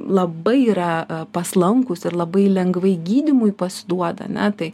labai yra paslankūs ir labai lengvai gydymui pasiduoda ar ne tai